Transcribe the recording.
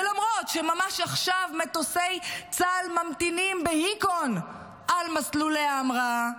ולמרות שממש עכשיו מטוסי צה"ל ממתינים בהיכון על מסלולי ההמראה,